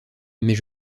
mais